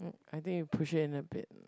I think you push it in a bit